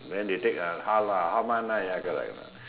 then they take uh half lah half month ah like uh ya